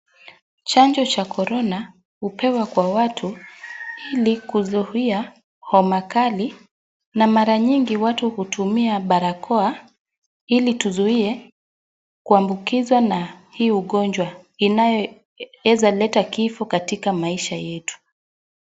Chanjo cha corona hupewa kwa watu ili kuzuia homa kali, na mara nyingi watu hutumia barakoa ili tuzuie kuabukizana hii ugonjwa inayoeza leta kifo katika maisha yetu.